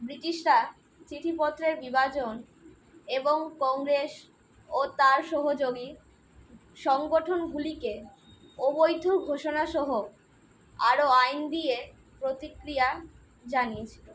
ব্রিটিশরা চিঠিপত্রের বিভাজন এবং কংগ্রেস ও তার সহযোগী সংগঠনগুলিকে অবৈধ ঘোষণা সহ আরও আইন দিয়ে প্রতিক্রিয়া জানিয়েছিল